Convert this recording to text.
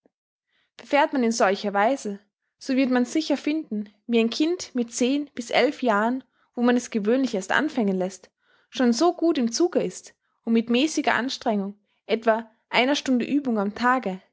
verfährt man in solcher weise so wird man sicher finden wie ein kind mit zehn bis elf jahren wo man es gewöhnlich erst anfangen läßt schon so gut im zuge ist um mit mäßiger anstrengung etwa einer stunde uebung am tage